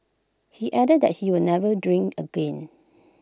he added that he will never drink again